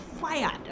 fired